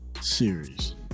series